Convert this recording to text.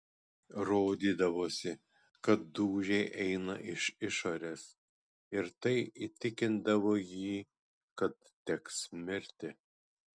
rodydavosi kad dūžiai eina iš išorės ir tai įtikindavo jį kad teks mirti